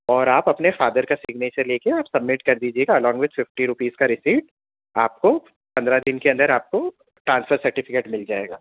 اور آپ اپنے فادر کا سگنیچر لے کے آپ سبمٹ کر دیجیے گا الانگ وتھ ففٹی روپیز کا رسیپٹ آپ کو پندرہ دن کے اندر آپ کو ٹرانسفر سرٹیفکیٹ مل جائے گا